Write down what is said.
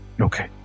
okay